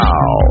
Now